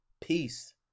peace